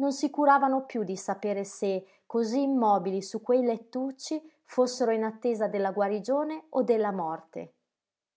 non si curavano piú di sapere se cosí immobili su quei lettucci fossero in attesa della guarigione o della morte